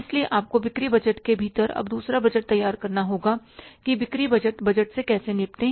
इसलिए आपको बिक्री बजट के भीतर अब दूसरा बजट तैयार करना होगा कि बिक्री संग्रह बजट से कैसे निपटें